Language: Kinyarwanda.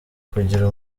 kungira